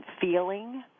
feeling